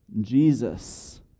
Jesus